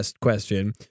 question